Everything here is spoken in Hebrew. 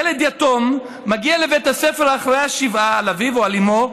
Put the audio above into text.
ילד יתום מגיע לבית הספר אחרי השבעה על אביו או על אימו,